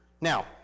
Now